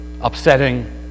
upsetting